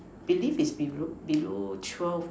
believe it's below below twelve